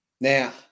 Now